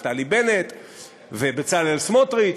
נפתלי בנט ובצלאל סמוטריץ,